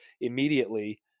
immediately